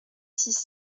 six